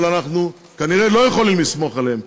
אבל אנחנו כנראה לא יכולים לסמוך עליהם,